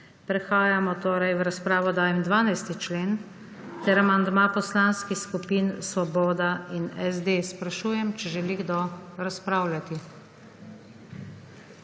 in amandmajih. V razpravo dajem 12. člen ter amandma poslanskih skupih Svoboda in SD. Sprašujem, če želi kdo razpravljati?